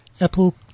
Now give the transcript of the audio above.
Apple